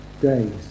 days